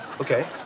Okay